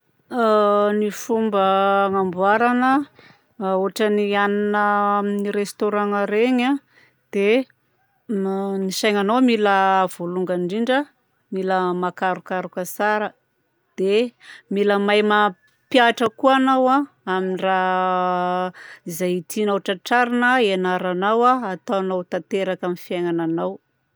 A ny fomba hanamboarana ohatran'ny hanina amin'ny restaurant ireny a dia ny sainanao mila voalongany indrindra mila mahakarokaroka tsara dia mila mahay mampihatra koa anao an'ny raha izay tianao ho tratrarina ianaranao a ataonao tanteraka amin'ny fiaignananao.